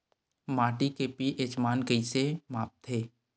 माटी के पी.एच मान कइसे मापथे?